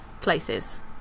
places